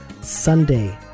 Sunday